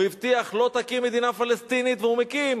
הוא הבטיח: לא תקום מדינה פלסטינית, והוא מקים.